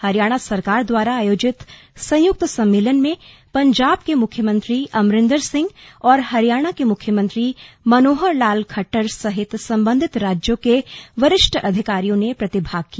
हरियाणा सरकार द्वारा आयोजित संयुक्त सम्मेलन में पंजाब के मुख्यमंत्री अमरिन्दर सिंह और हरियाणा के मुख्यमंत्री मनोहर लाल खट्टर सहित संबंधित राज्यों के वरिष्ठ अधिकारियों ने प्रतिभाग किया